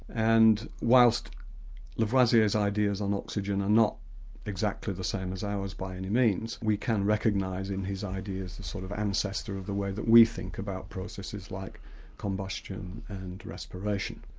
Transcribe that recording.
and whilst lavoisier's ideas on oxygen are not exactly the same as ours by any means, we can recognise in his ideas the sort of ancestor of the way that we think about processes like combustion and respiration,